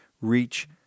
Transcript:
reach